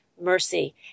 mercy